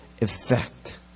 effect